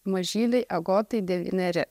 mažylei agotai devyneri